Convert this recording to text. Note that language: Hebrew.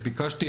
ביקשתי,